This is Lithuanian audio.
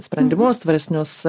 sprendimus tvaresnius